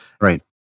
right